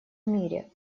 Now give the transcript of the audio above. мире